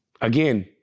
again